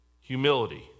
humility